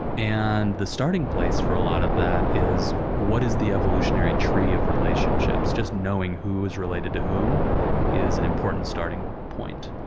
and the starting place for a lot of that is, what is called the evolutionary tree of relationships? just knowing who's related to whom is an important starting point,